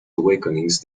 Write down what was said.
awakenings